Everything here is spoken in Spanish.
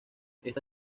esta